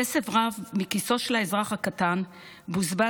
כסף רב מכיסו של האזרח הקטן בוזבז